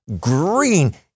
green